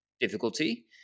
difficulty